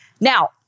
Now